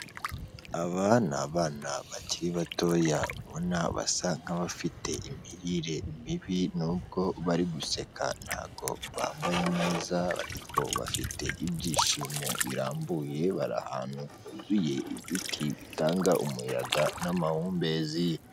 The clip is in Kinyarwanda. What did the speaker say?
Abana ni abana bakiri batoya ubona basa nk'abafite imirire mibi nubwo bari guseka ntabwo bambaye neza, ariko bafite ibyishimo birambuye bari ahantu huzuye ibiti bitanga umuyaga n'amahumbezi.